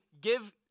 give